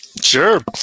Sure